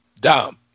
Dom